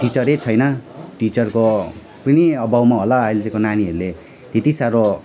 teacher छैन टिचरको पनि अभावमा होला अहिलेको नानीहरूले त्यति साह्रो